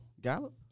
Gallup